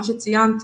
מה שציינת,